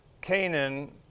Canaan